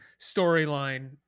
storyline